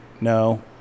no